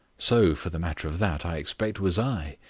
so, for the matter of that, i expect, was i.